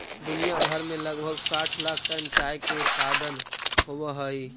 दुनिया भर में लगभग साठ लाख टन चाय के उत्पादन होब हई